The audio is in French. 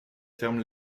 ferme